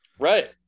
right